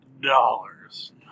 dollars